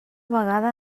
vegada